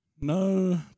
No